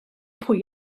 pwy